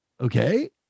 okay